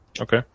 Okay